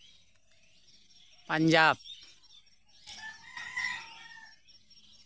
Punjab